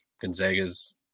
Gonzaga's